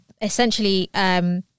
essentially